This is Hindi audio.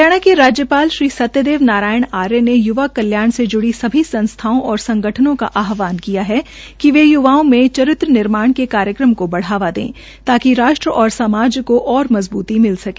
हरियाणा के राज्यपाल श्री सत्यदेव नारायण आर्य ने य्वा कल्याण से ज्ड़ी सभी संस्थाओं और संगठनों का आहवान किया है कि वे य्वाओं में चरित्र निर्माण के कार्यक्रम को बढ़ावा दे ताकि राष्ट्र और समाज को और मजबूती मिल सके